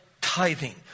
tithing